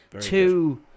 two